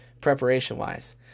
preparation-wise